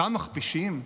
אותם מכפישים?